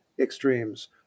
extremes